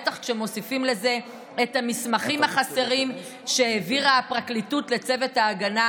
בטח כשמוסיפים לזה את המסמכים החסרים שהעבירה הפרקליטות לצוות ההגנה,